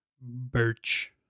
birch